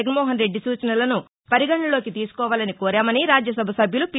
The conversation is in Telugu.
జగన్మోహనరెడ్డి సూచనలసు పరిగణనలోకి తీసుకోవాలని కోరామని రాజ్యసభ సభ్యులు పి